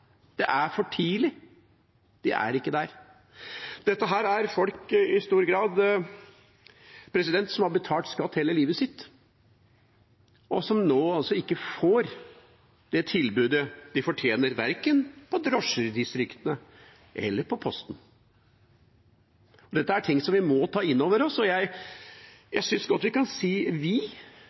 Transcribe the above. det er for tidlig, de er ikke der. Dette er i stor grad folk som har betalt skatt hele livet, og som nå altså ikke får det tilbudet de fortjener – verken drosjer i distriktene eller post. Dette er noe vi må ta inn over oss, og jeg synes godt vi kan si «vi». Vi